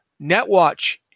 Netwatch